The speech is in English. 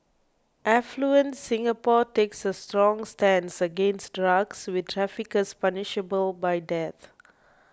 affluent Singapore takes a strong stance against drugs with traffickers punishable by death